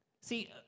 See